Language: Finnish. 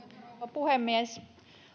puhemies